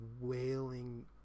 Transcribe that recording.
wailing